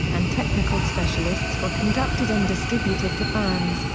and technical specialists were conducted and distributed to fans,